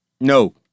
No